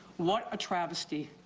what a travesty.